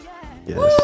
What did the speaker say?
Yes